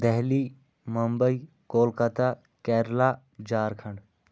Delhi Mumbai Kolkata Kerala Jharkhand